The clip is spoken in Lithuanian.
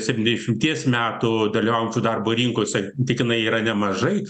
septyniasdešimties metų dalyvaujančių darbo rinkose tykinai yra nemažai